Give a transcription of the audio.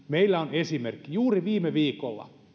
meillä on esimerkki juuri viime viikolla